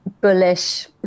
bullish